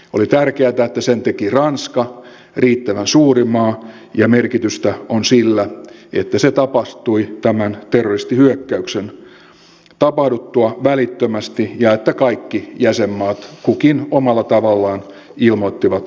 oli tärkeätä että sen teki ranska riittävän suuri maa ja merkitystä on sillä että se tapahtui välittömästi tämän terroristihyökkäyksen tapahduttua ja että kaikki jäsenmaat kukin omalla tavallaan ilmoittivat antavansa tukea